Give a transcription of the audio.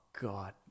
God